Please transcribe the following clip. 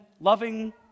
loving